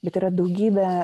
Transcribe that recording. ji turi daugybę